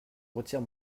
retire